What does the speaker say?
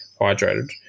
hydrated